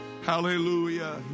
Hallelujah